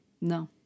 no